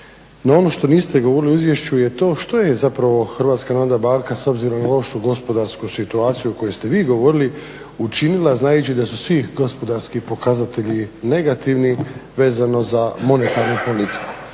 No ono što niste govorili u izvješću što je zapravo HNB s obzirom na lošu gospodarsku situaciju o kojoj ste vi govorili učinila znajući da su svi gospodarski pokazatelji negativni vezano za monetarnu politiku.